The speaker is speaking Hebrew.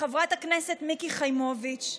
לחברת הכנסת מיקי חיימוביץ'